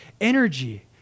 energy